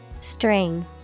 String